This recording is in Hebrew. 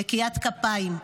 נקיית כפיים,